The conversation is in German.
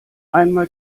einmal